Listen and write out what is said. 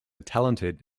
talented